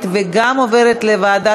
מי בעד?